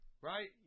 right